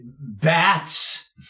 bats